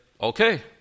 okay